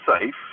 safe